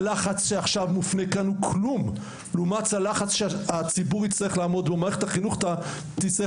הלחץ שמופנה כאן עכשיו הוא כלום לעומת הלחץ שהציבור ומערכת החינוך ייאלצו